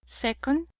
second,